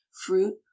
fruit